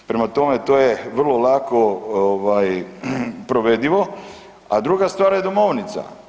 Prema tome, to je vrlo lako provedivo, a druga stvar je domovnica.